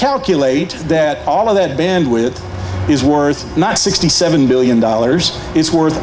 calculate that all of that bandwidth is worth not sixty seven billion dollars is worth